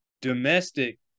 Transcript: domestic